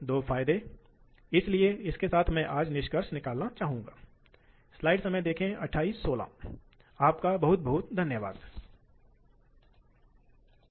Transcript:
तो ये कुछ प्रश्न हैं जिन पर आप विचार कर सकते हैं और आपको बहुत धन्यवाद दे सकते हैं